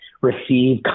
receive